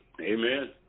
Amen